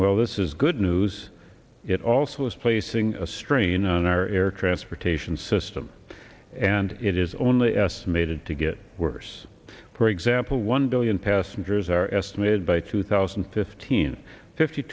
well this is good news it also is placing a strain on our air transportation system and it is only estimated to get worse for example one billion passengers are estimated by two thousand and fifteen fifty